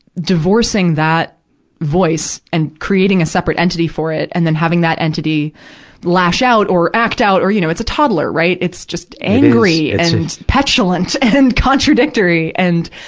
divorcing that voice and creating a separate entity for it, and then having that entity lash out or act out or, you know, it's a toddler, right? it's just angry and petulant and contradictory. and,